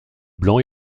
blanc